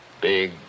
Big